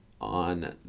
on